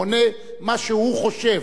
הוא עונה מה שהוא חושב.